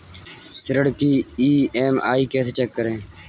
ऋण की ई.एम.आई कैसे चेक करें?